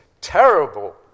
terrible